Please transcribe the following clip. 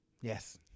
Yes